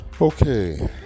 Okay